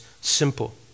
simple